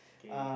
K